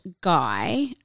guy